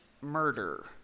murder